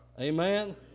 Amen